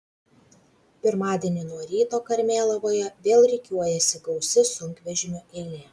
pirmadienį nuo ryto karmėlavoje vėl rikiuojasi gausi sunkvežimių eilė